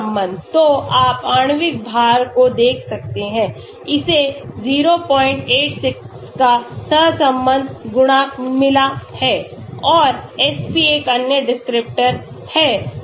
तो आप आणविक भार को देख सकते हैं इसे 086 का सहसंबंध गुणांक मिला है और Sp एक अन्य डिस्क्रिप्टरहै